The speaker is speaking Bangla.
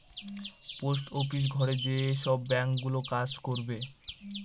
পোস্ট অফিস ঘরে যেসব ব্যাঙ্ক গুলো কাজ করবে